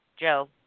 Joe